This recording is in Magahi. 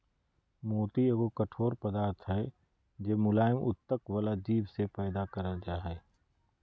मोती एगो कठोर पदार्थ हय जे मुलायम उत्तक वला जीव से पैदा करल जा हय